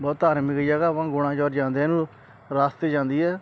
ਬਹੁਤ ਧਾਰਮਿਕ ਜਗ੍ਹਾ ਆਪਾਂ ਨੂੰ ਗੁਣਾਚੋਰ ਜਾਂਦਿਆ ਨੂੰ ਰਸਤੇ 'ਚ ਆਉਂਦੀ ਹੈ